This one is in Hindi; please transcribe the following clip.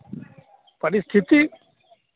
परिस्थिति